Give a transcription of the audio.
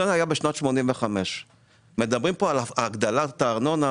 זה היה בשנת 1985. מדברים פה על הגדלת הארנונה,